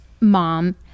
mom